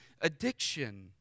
addiction